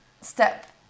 step